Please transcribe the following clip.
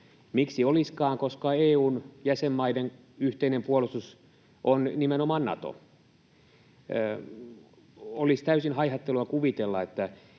Miksi olisikaan, koska EU:n jäsenmaiden yhteinen puolustus on nimenomaan Nato? Olisi täysin haihattelua kuvitella, että